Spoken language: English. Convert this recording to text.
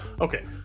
okay